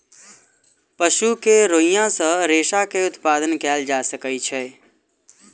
पशु के रोईँयाँ सॅ रेशा के उत्पादन कयल जा सकै छै